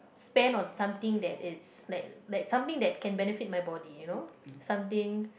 spend on something that is like like something that can benefit my body you know something